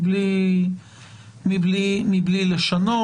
מבלי לשנות.